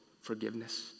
forgiveness